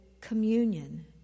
communion